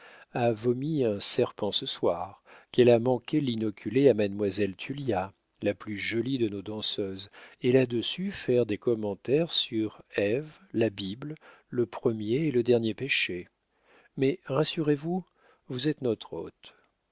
a vomi un serpent ce soir qu'elle a manqué l'inoculer à mademoiselle tullia la plus jolie de nos danseuses et là-dessus faire des commentaires sur ève la bible le premier et le dernier péché mais rassurez-vous vous êtes notre hôte